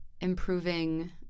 improving